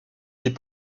est